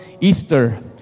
Easter